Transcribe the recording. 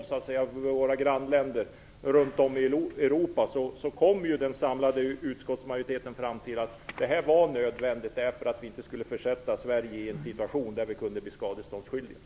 Efter att vi i den samlade uskottsmajoriteten hört oss för med våra grannländer runt om i Europa kom vi fram till att detta var nödvändigt för att inte försätta Sverige i en situation där vi kunde bli skadeståndsskyldiga.